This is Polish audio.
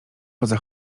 poza